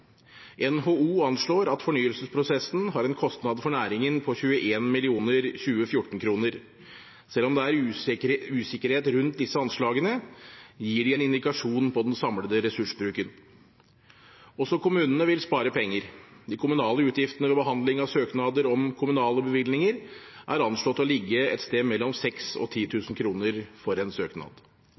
NHO anslår at fornyelsesprosessen har en kostnad for næringen på 21 mill. 2014-kroner. Selv om det er usikkerhet rundt disse anslagene, gir de en indikasjon på den samlede ressursbruken. Også kommunene vil spare penger. De kommunale utgiftene ved behandling av søknader om kommunale bevillinger er anslått å ligge et sted mellom 6 000 og 10 000 kr for en søknad.